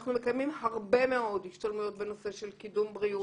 אנחנו מקיימים הרבה מאוד השתלמויות בנושא של קידום בריאות.